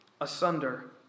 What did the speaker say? asunder